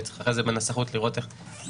אז בנסחות צריך לראות איך מדייקים,